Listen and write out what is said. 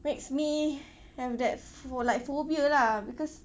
makes me have that pho~ like phobia lah because